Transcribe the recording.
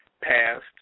Past